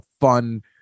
fun